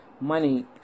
money